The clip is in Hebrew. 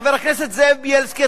חבר הכנסת זאב בילסקי,